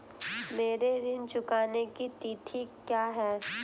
मेरे ऋण चुकाने की तिथि क्या है?